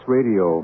Radio